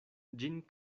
ĝin